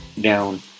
down